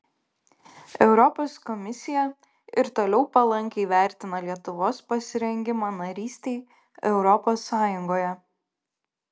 europos komisija ir toliau palankiai vertina lietuvos pasirengimą narystei europos sąjungoje